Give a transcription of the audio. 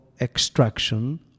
extraction